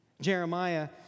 Jeremiah